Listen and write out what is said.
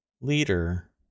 leader